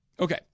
Okay